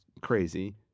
crazy